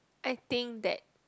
I think that